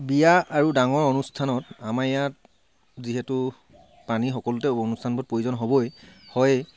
বিয়া আৰু ডাঙৰ অনুষ্ঠানত আমাৰ ইয়াত যিহেতু পানী সকলোতে অনুষ্ঠানবোৰত প্ৰয়োজন হ'বই হয়ে